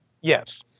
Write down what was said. Yes